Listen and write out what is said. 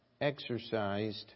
exercised